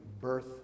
birth